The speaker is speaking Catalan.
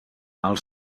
els